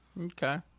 okay